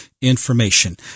information